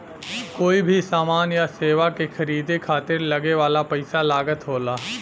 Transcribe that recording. कोई भी समान या सेवा के खरीदे खातिर लगे वाला पइसा लागत होला